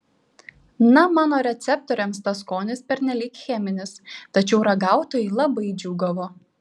na mano receptoriams tas skonis pernelyg cheminis tačiau ragautojai labai džiūgavo